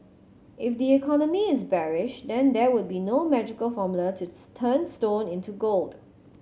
if the economy is bearish then there would be no magical formula to turn stone into gold